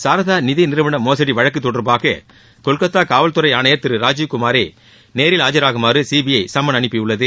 சாரதா நிதி நிறுவன மோசடி வழக்கு தொடர்பாக கொல்கத்தா காவல்துறை ஆணையர் திரு ராஜீவ்குமாரை நேரில் ஆஜராகுமாறு சிபிஐ சம்மன் அனுப்பியுள்ளது